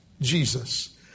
Jesus